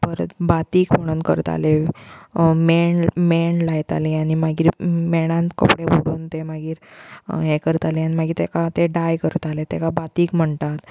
परत बातीक म्हणोन करताले मेण मेण लायताले आनी मागीर मेणान कपडे विणून ते मागीर हे करताले आनी मागी तेका ते डाय करताले तेका बातीक म्हणटात